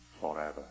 forever